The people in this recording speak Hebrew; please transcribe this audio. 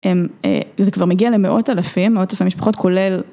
זה כבר מגיע למאות אלפים, מאות אלפי משפחות כולל.